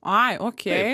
ai okei